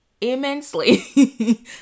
immensely